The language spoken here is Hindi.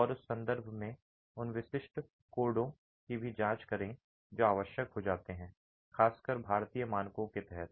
और उस संदर्भ में उन विशिष्ट कोडों की भी जांच करें जो आवश्यक हो जाते हैं खासकर भारतीय मानकों के तहत